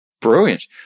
Brilliant